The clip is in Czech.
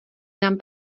nám